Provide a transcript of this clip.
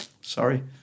Sorry